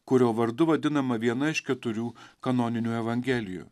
kurio vardu vadinama viena iš keturių kanoninių evangelijų